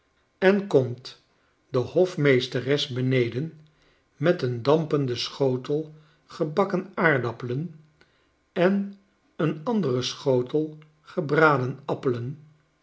en komt de hofmeesteres beneden met een dampenden schotel gebakken aardappelen en een anderen schotel gebraden appelen